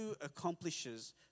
accomplishes